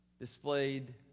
displayed